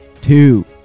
two